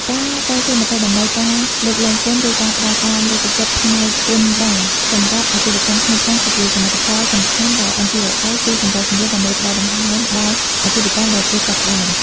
ការតស៊ូមតិដើម្បីការលើកលែងពន្ធ ឬការផ្ដល់ការលើកទឹកចិត្តផ្នែកពន្ធដារសម្រាប់ អាជីវកម្មថ្មីថ្មោង គឺជាសមិទ្ធផលសំខាន់ដែល NGOs ជួយសម្របសម្រួល ដើម្បីផ្ដល់ដង្ហើមដល់អាជីវកម្មដែលទើបចាប់ផ្ដើម។